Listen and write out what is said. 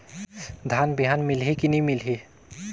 धान बिहान मिलही की नी मिलही?